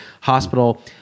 Hospital